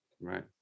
Right